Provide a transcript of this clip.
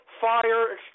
fire